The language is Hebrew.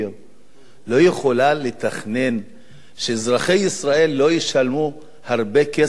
לא יכולה לתכנן שאזרחי ישראל לא ישלמו הרבה כסף עבור עגבנייה